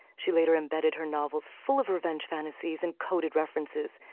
she later embedded her novels full of revenge fantasies and coded references.